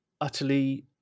utterly